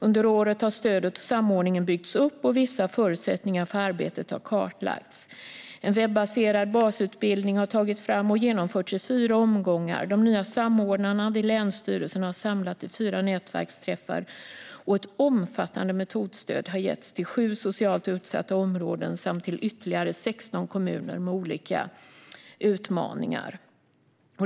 Under året har stödet och samordningen byggts upp, och vissa förutsättningar för arbetet har kartlagts. En webbaserad basutbildning har tagits fram och genomförts i fyra omgångar. De nya samordnarna vid länsstyrelserna har samlats i fyra nätverksträffar, och ett omfattande metodstöd har getts till 7 socialt utsatta områden samt till ytterligare 16 kommuner med olika utmaningar.